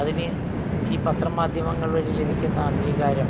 അതിന് ഈ പത്ര മാധ്യമങ്ങൾ വഴി ലഭിക്കുന്ന അംഗീകാരം